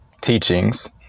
teachings